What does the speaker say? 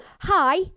Hi